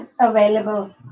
available